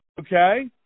okay